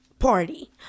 party